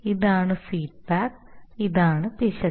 ഇതാണ് ഫീഡ്ബാക്ക് ഇതാണ് പിശക്